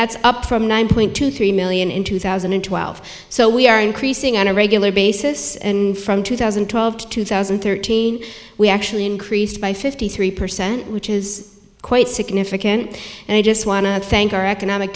that's up from nine point two three million in two thousand and twelve so we are increasing on a regular basis and from two thousand and twelve to two thousand and thirteen we actually increased by fifty three percent which is quite significant and i just want to thank our economic